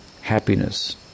happiness